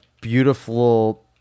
beautiful